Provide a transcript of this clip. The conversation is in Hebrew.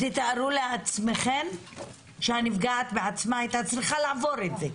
תארו לעצמכן שהנפגעת היתה צריכה לעבור את זה בעצמה,